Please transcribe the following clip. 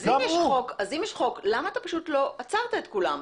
אם יש חוק, למה פשוט לא עצרת את כולם.